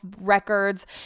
records